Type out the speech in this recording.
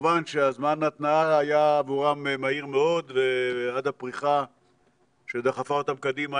כמובן שזמן ההתנעה היה עבורם היה מהיר מאוד עד הפריחה שדחפה אותם קדימה,